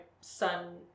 son